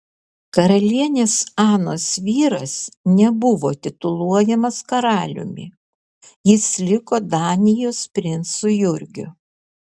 karalienės anos vyras nebuvo tituluojamas karaliumi jis liko danijos princu jurgiu